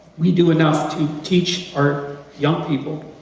we do enough to teach our young people,